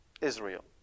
Israel